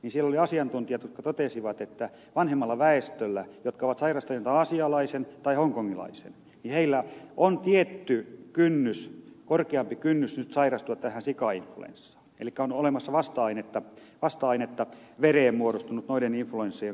siellä oli asiantuntijat jotka totesivat että vanhemmalla väestöllä jotka ovat sairastaneet aasialaisen tai hongkongilaisen heillä on tietty korkeampi kynnys nyt sairastua tähän sikainfluenssaan elikkä on olemassa vasta ainetta vereen muodostunut noiden influenssojen kautta